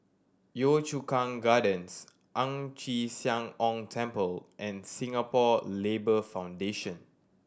Yio Chu Kang Gardens Ang Chee Sia Ong Temple and Singapore Labour Foundation